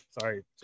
sorry